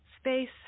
space